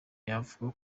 yavuga